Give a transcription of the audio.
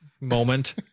moment